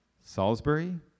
Salisbury